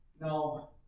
Now